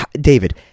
David